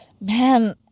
Man